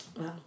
Wow